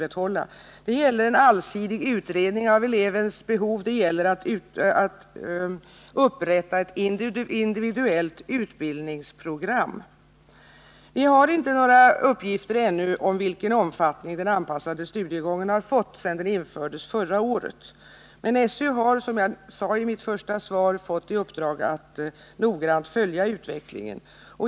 Det gäller att göra en allsidig utredning av elevens behov och att upprätta ett individuellt utbildningsprogram. Vi har ännu inte några uppgifter om vilken omfattning den anpassade studiegången har fått sedan den infördes förra året. Men SÖ har, som jag sade i mitt svar, fått i uppdrag att noggrant följa utvecklingen.